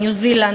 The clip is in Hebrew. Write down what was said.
ניו-זילנד,